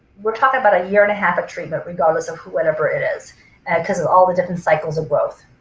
we're talking about a year and a half of treatment regardless of who whatever it is and because of all the different cycles of growth.